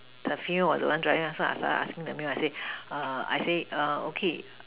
the feel or the one driving so I started asking the err I say I say err okay